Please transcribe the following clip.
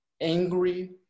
angry